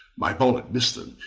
my ball had missed them,